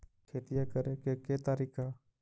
खेतिया करेके के तारिका?